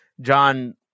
John